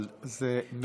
אבל זה מעל ומעבר.